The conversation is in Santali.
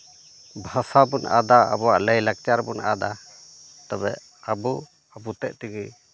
ᱵᱷᱟᱥᱟ ᱵᱚᱱ ᱟᱫᱟ ᱟᱵᱚᱣᱟ ᱞᱟᱭ ᱞᱟᱠᱪᱟᱨ ᱵᱚᱱ ᱟᱫᱟ ᱛᱚᱵᱮ ᱟᱵᱚ ᱟᱵᱚ ᱛᱮᱫ ᱛᱮᱜᱮ